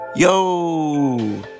Yo